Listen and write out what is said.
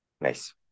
Nice